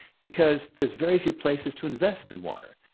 because there's very few places to invest in water.